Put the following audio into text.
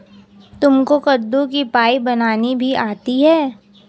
तुमको कद्दू की पाई बनानी भी आती है?